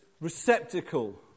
receptacle